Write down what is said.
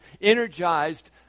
energized